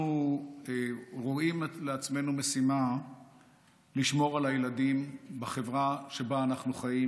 אנחנו רואים לעצמנו משימה לשמור על הילדים בחברה שבה אנחנו חיים.